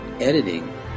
editing